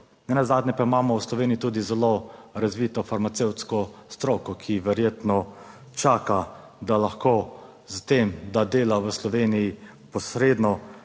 nenazadnje pa imamo v Sloveniji tudi zelo razvito farmacevtsko stroko, ki verjetno čaka, da lahko s tem, da dela v Sloveniji, posredno